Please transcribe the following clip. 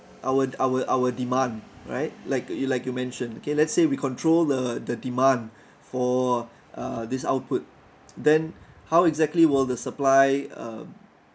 our our our demand right like you like you mention okay let's say we control the the demand for uh this output then how exactly will the supply uh